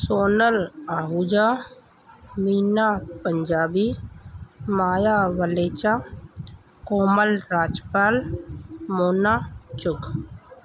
Sonal Ahuja Meena Punjabi Maya Waleja Komal Rajpal Mona Chugh